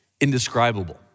indescribable